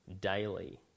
daily